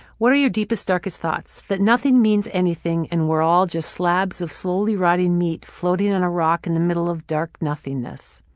what are your deepest, darkest thoughts? that nothing means anything and we're all just slabs of slowly rotting meat floating on a rock in the middle of dark nothingness.